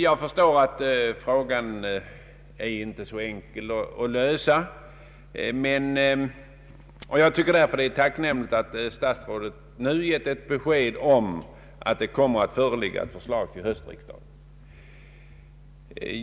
Jag förstår att frågan inte är så enkel att lösa, och jag tycker därför att det är tacknämligt att statsrådet nu givit be sked om att det kommer att föreligga ett förslag till höstriksdagen.